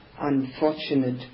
unfortunate